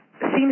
seems